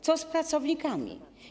Co z pracownikami?